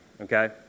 okay